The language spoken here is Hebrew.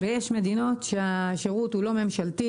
יש מדינות שהשירות הוא לא ממשלתי,